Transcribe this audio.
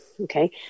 Okay